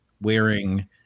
wearing